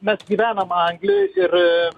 bet gyvenam anglijoj ir